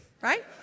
right